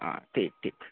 हां ठीक ठीक